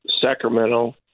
Sacramento